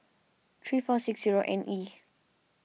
three four six zero N E